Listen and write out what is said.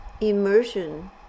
immersion